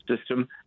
system